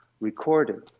recorded